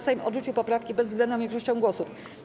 Sejm odrzucił poprawki bezwzględną większością głosów.